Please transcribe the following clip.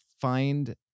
find